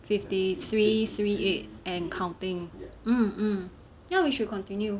fifty three three eight and counting mm mm ya we should continue